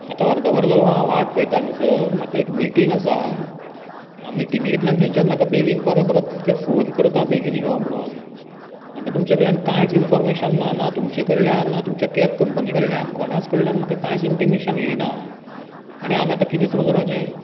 आतां अर्द वर जालो हांव वाट पळयता हांगासर म्हाका एक मिटींग आसा आं मिटिंगेतल्यान थंयचान म्हाका बेगीन पर परत ते फोन करता बेगीन यो म्हणोन म्हाका तुमचे कडल्यान कांयच इन्फॉर्मेशन ना ना तुमचे कडल्यान ना तुमचे कॅब कंपनी कडल्यान कोणाच कडल्यान म्हाका कांयच इंटिमेशन येयना आनी हांवें आतां कितें समजपाचें